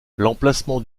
l’emplacement